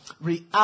react